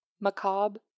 macabre